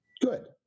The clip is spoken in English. good